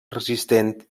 resistent